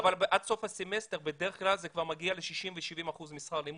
עד סוף הסמסטר בדרך כלל זה מגיע ל- 60% ו-70% אחוז משכר לימוד.